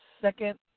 second